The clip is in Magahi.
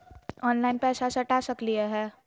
ऑनलाइन पैसा सटा सकलिय है?